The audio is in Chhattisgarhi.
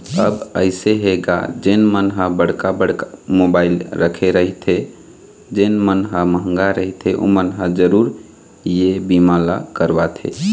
अब अइसे हे गा जेन मन ह बड़का बड़का मोबाइल रखे रहिथे जेन मन ह मंहगा रहिथे ओमन ह जरुर ये बीमा ल करवाथे